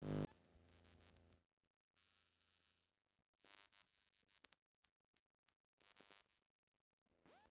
रेशम उत्पादन से ग्रामीण किसान के आय बढ़ित हइ